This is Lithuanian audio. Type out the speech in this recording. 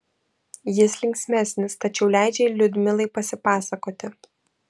jis linksmesnis tačiau leidžia liudmilai pasipasakoti